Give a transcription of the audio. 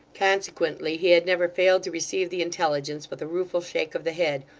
consequently, he had never failed to receive the intelligence with a rueful shake of the head,